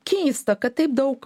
keista kad taip daug